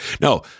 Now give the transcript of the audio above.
No